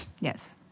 Yes